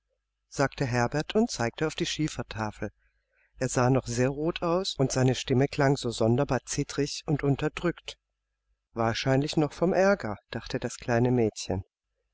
sagte herbert und zeigte auf die schiefertafel er sah noch sehr rot aus und seine stimme klang so sonderbar zitterig und unterdrückt wahrscheinlich noch vom aerger dachte das kleine mädchen